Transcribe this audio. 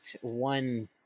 one